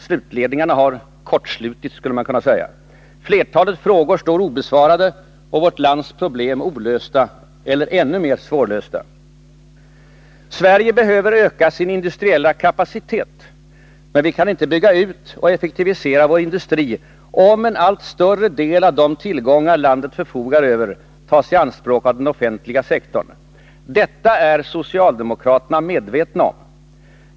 Slutledningarna har ”kortslutits”. Flertalet frågor står obesvarade. Och vårt lands problem olösta. Eller ännu mer svårlösta. Sverige behöver öka sin industriella kapacitet. Men vi kan inte bygga ut och effektivisera vår industri, om en allt större del av de tillgångar landet förfogar över tas i anspråk av den offentliga sektorn. Detta är socialdemokraterna medvetna om.